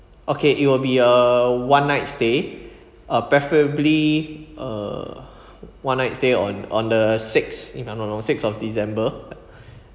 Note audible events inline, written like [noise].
okay it will be a one night stay uh preferably uh [breath] one night stay on on the sixth if I'm not wrong sixth of december